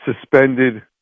suspended